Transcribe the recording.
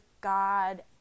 God